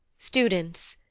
students,